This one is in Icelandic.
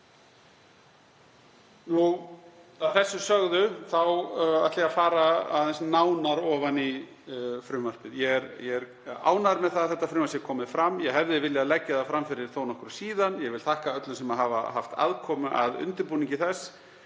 Að þessu sögðu ætla ég að fara aðeins nánar ofan í frumvarpið. Ég er ánægður með að það sé komið fram. Ég hefði viljað leggja það fram fyrir þó nokkru síðan. Ég vil þakka öllum sem hafa haft aðkomu að undirbúningi þess.